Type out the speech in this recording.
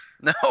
No